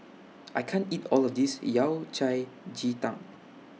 I can't eat All of This Yao Cai Ji Tang